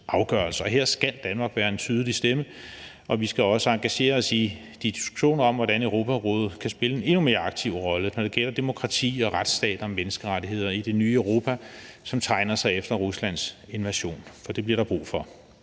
Her skal Danmark være en tydelig stemme, og vi skal også engagere os i de diskussioner om, hvordan Europarådet kan spille en endnu mere aktiv rolle, når det gælder demokrati, retsstat og menneskerettigheder i det nye Europa, som tegner sig efter Ruslands invasion – for det bliver der brug for.